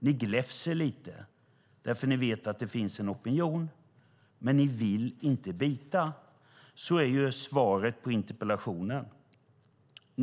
Ni gläfser lite för ni vet att det finns en opinion, men ni vill inte bita. Så är svaret på interpellationen.